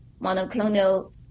monoclonal